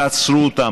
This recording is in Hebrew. תעצרו אותם.